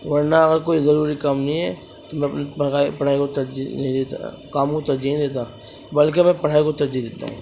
ورنہ اگر کوئی ضروری کام نہیں ہے تو میں اپنی پڑھائی کو ترجیح نہیں دیتا کام کو ترجیح نہیں دیتا بلکہ میں پڑھائی کو ترجیح دیتا ہوں